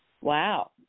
Wow